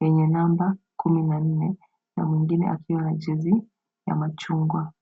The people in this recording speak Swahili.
yenye namba kumi na nne, na mwingine akiwa na jezi ya machungwa.